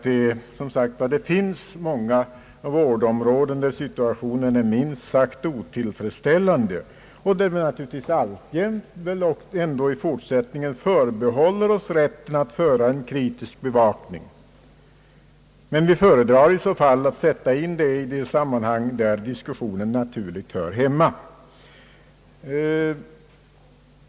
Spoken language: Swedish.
Det finns många vårdområden där situationen är minst sagt otillfredsställande och där vi naturligtvis i fortsättningen vill förbehålla oss rätten att föra en kritisk bevakning. Vi föredrar i så fall att sätta in frågorna i de sammanhang där de naturligt hör hemma.